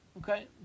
okay